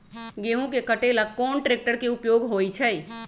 गेंहू के कटे ला कोंन ट्रेक्टर के उपयोग होइ छई?